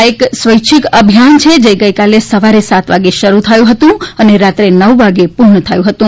આ એક સ્વૈચ્છિક અભિયાન છે જે ગઈકાલે સવારે સાત વાગે શરૂ થયું હતું અને રાત્રે નવ વાગે પુર્ણ થયું હતું